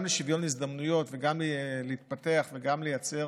גם לשוויון הזדמנויות, גם להתפתח וגם לייצר